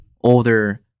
older